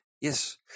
Yes